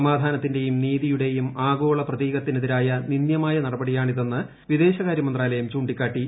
സമാധാനത്തിന്റെയും നീതിയുടെയും ആഗോള പ്രതീകത്തിനെതിരായ നിന്ദ്യമായ നടപടിയാണിതെന്ന് വിദേശകാര്യ മന്ത്രാലയം ചൂണ്ടിക്കാട്ടി